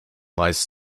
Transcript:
lies